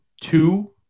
two